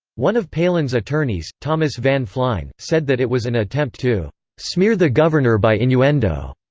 one of palin's attorneys, thomas van flein, said that it was an attempt to smear the governor by innuendo.